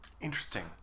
Interesting